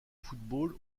football